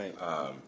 right